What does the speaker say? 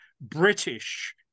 British